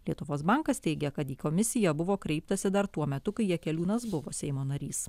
lietuvos bankas teigia kad į komisiją buvo kreiptasi dar tuo metu kai jakeliūnas buvo seimo narys